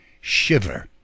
Shiver